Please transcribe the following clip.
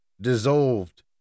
dissolved